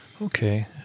Okay